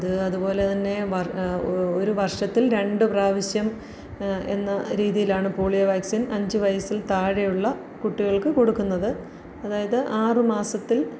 അത് അതുപോലെതന്നെ വർ ഒരു വർഷത്തിൽ രണ്ട് പ്രാവശ്യം എന്ന രീതിയിലാണ് പോളിയോ വാക്സിൻ അഞ്ച് വയസ്സിൽ താഴെയുള്ള കുട്ടികൾക്ക് കൊടുക്കുന്നത് അതായത് ആറു മാസത്തിൽ